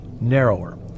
narrower